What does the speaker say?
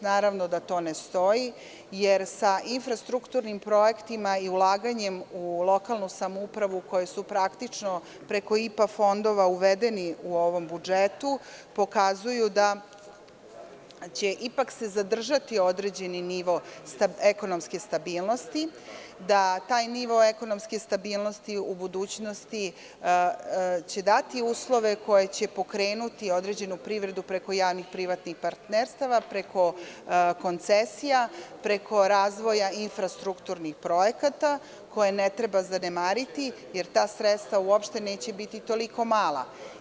Naravno da to ne stoji, jer sa infrastrukturnim projektima i ulaganjem u lokalnu samoupravu, koja su praktično preko IPA fondova uvedeni u ovom budžetu, pokazuju da će se ipak zadržati određeni nivo ekonomske stabilnosti, da taj nivo ekonomske stabilnosti u budućnosti će dati uslove koje će pokrenuti određenu privredu preko javnih privatnih partnerstva, preko koncesija, preko razvoja infrastrukturnih projekata koje ne treba zanemariti, jer ta sredstva uopšte neće biti toliko mala.